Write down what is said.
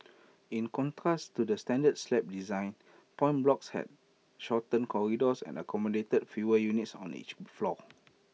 in contrast to the standard slab design point blocks had shorter corridors and accommodated fewer units on each floor